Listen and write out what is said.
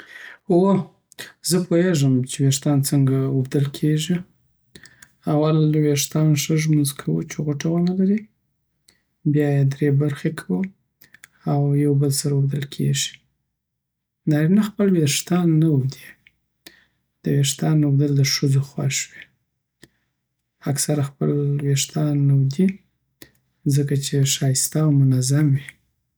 هو، زه پوهېږم چې وېښتان څنګه وبدل کیږی اول وېښتان ښه ږمنځ کوو چې غوټه ونه لري. بیا یې درې برخې کوو، او یو بل سره وبدل کیږی نارینه خپل ویښتان نه وبدی د ویښتانو وبدل دښځو خوښ وی اکثره خپل ویښتان ابدی ځکه چی ښایسته او منظم وی